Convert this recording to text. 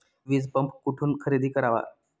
वीजपंप कुठून खरेदी करावा?